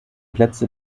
plätze